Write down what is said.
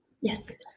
Yes